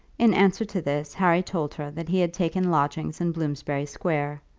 in answer to this, harry told her that he had taken lodgings in bloomsbury square,